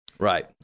Right